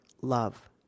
love